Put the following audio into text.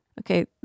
Okay